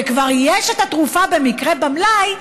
וכבר יש את התרופה במקרה במלאי,